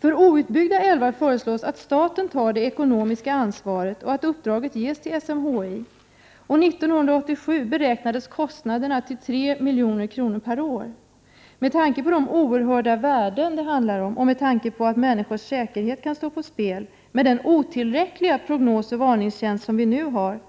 För outbyggda älvar föreslås att staten tar det ekonomiska ansvaret och att uppdraget ges till SMHI. År 1987 beräknades kostnaderna till 3 miljoner per år. Med tanke på de oerhörda värden det handlar om och med tanke på att människors säkerhet kan stå på spel med den otillräckliga prognosoch varningstjänst som vi nu har,